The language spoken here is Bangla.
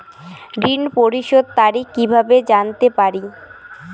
ঋণ পরিশোধের তারিখ কিভাবে জানতে পারি?